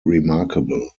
remarkable